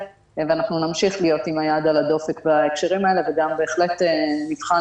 ואנחנו נמשיך להיות עם היד על הדופק בהקשרים האלה וגם בהחלט נבחן